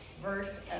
verse